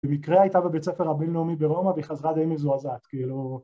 במקרה הייתה בבית הספר הבינלאומי ברומא, והיא חזרה די מזועזעת, כאילו...